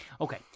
Okay